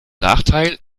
nachteil